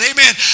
Amen